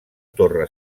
torre